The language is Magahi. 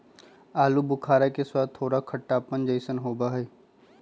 आलू बुखारा के स्वाद थोड़ा खट्टापन जयसन होबा हई